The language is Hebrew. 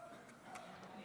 אין מתנגדים, אין נמנעים.